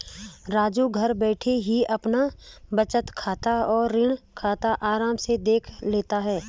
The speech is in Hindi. राजू घर बैठे ही अपना बचत खाता और ऋण खाता आराम से देख लेता है